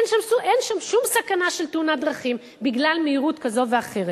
אין שם שום סכנה של תאונת דרכים בגלל מהירות כזו ואחרת.